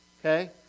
okay